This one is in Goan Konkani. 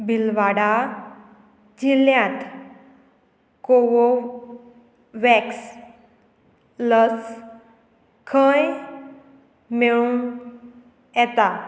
बिलवाडा जिल्ल्यांत कोवोवॅक्स लस खंय मेळूं येता